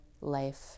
life